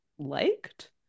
liked